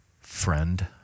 Friend